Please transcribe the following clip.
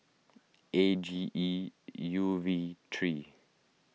A G E U V three